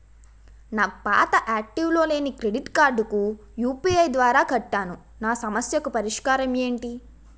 నా పాత యాక్టివ్ లో లేని క్రెడిట్ కార్డుకు యు.పి.ఐ ద్వారా కట్టాను నా సమస్యకు పరిష్కారం ఎంటి?